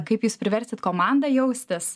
kaip jūs priversit komandą jaustis